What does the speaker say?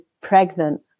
pregnant